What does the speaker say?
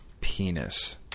Penis